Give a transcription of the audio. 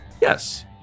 Yes